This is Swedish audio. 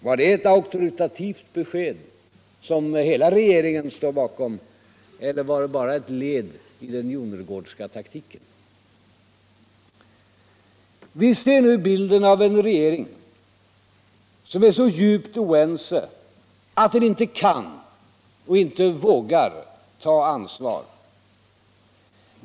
Var det ett auktoritativt besked, som hela regeringen står bakom, eller var det bara o led i den Jonnergårdska' taktiken? Vi ser nu bilden av en regering som är så djupt oense att den inte kan och inte vågar ta ansvar.